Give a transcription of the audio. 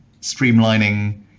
streamlining